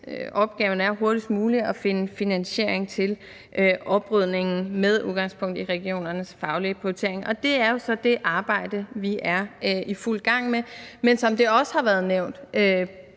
opgaven netop er hurtigst muligt at finde finansiering til oprydningen med udgangspunkt i regionernes faglige prioritering, og det er jo så det arbejde, vi er i fuld gang med. Men som det også har været nævnt